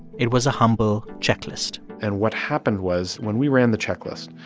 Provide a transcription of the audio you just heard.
it was a humble checklist and what happened was when we ran the checklist,